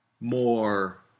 more